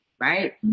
Right